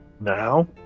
Now